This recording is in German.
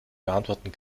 beantworten